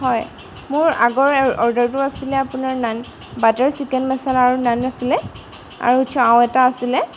হয় মোৰ আগৰ অৰ্ডাৰটো আছিলে আপোনাৰ নান বাটাৰ চিকেন মছলা আৰু নান আছিলে আৰু চাও এটা আছিলে